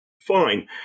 fine